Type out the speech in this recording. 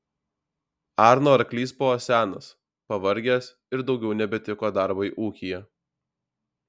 arno arklys buvo senas pavargęs ir daugiau nebetiko darbui ūkyje